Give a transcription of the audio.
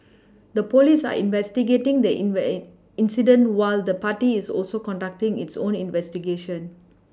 the police are investigating the incident while the party is also conducting its own investigations